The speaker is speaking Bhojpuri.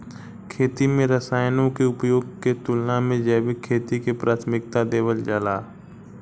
खेती में रसायनों के उपयोग के तुलना में जैविक खेती के प्राथमिकता देवल जाला